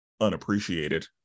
unappreciated